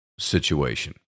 Situation